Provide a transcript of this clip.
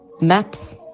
maps